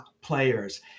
players